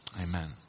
Amen